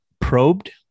Probed